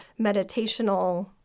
meditational